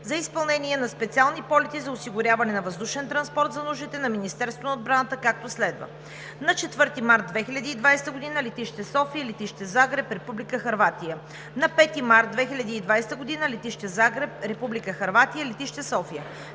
за изпълнение на специални полети за осигуряване на въздушен транспорт за нуждите на Министерството на отбраната, както следва: - на 4 март 2020 г.: летище София – летище Загреб, Република Хърватия; - на 5 март 2020 г.: летище Загреб, Република Хърватия – летище София.